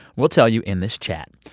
we'll tell you in this chat.